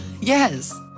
Yes